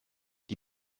die